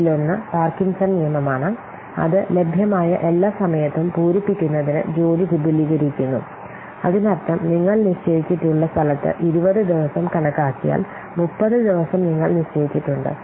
അതിലൊന്ന് പാർക്കിൻസൺ നിയമമാണ് അത് ലഭ്യമായ എല്ലാ സമയത്തും പൂരിപ്പിക്കുന്നതിന് ജോലി വിപുലീകരിക്കുന്നു അതിനർത്ഥം നിങ്ങൾ നിശ്ചയിച്ചിട്ടുള്ള സ്ഥലത്ത് 20 ദിവസം കണക്കാക്കിയാൽ 30 ദിവസം നിങ്ങൾ നിശ്ചയിച്ചിട്ടുണ്ട്